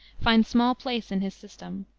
find small place in his system.